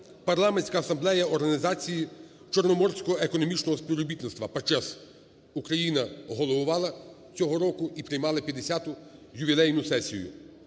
Парламентська асамблея організації Чорноморського економічного співробітництва (ПАЧЕС). Україна головувала цього року і приймала п'ятдесяту ювілейну сесію.